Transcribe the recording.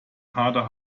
harter